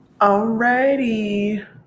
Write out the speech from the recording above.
Alrighty